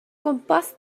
gwmpas